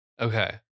Okay